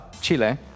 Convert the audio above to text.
Chile